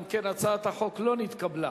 אם כן, הצעת החוק לא נתקבלה.